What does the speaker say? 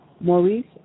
Maurice